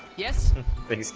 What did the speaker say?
yes thank